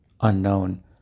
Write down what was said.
Unknown